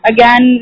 Again